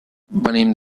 venim